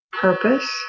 purpose